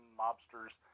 mobsters